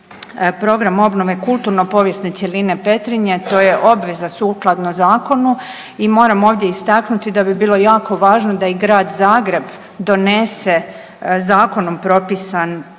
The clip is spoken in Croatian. Program obnove kulturno povijesne cjeline Petrinje, to je obveza sukladno zakonu i moram ovdje istaknuli da bi bilo jako važno da i grad Zagreb donese zakonom propisan